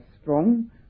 strong